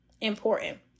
important